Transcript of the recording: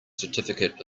certificate